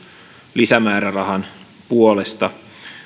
lisämäärärahan puolesta